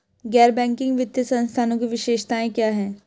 गैर बैंकिंग वित्तीय संस्थानों की विशेषताएं क्या हैं?